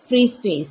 free space